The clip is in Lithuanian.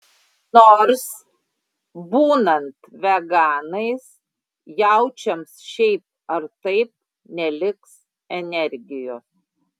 nors būnant veganais jaučiams šiaip ar taip neliks energijos